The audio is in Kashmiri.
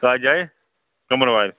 کَتھ جایہِ قمروارِ